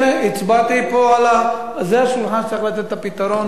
זה השולחן שצריך לתת את הפתרון,